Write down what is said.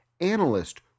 analyst